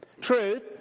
truth